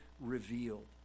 revealed